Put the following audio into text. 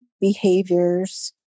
behaviors